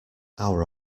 our